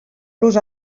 los